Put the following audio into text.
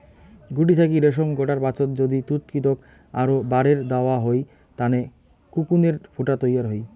গুটি থাকি রেশম গোটার পাচত যদি তুতকীটক আরও বারের দ্যাওয়া হয় তানে কোকুনের ফুটা তৈয়ার হই